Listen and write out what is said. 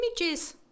Images